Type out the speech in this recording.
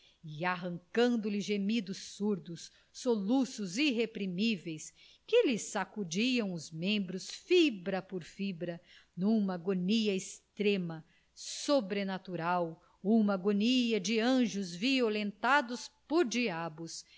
arrancando-lhe gemidos surdos soluços irreprimíveis que lhe sacudiam os membros fibra por fibra numa agonia extrema sobrenatural uma agonia de anjos violentados por diabos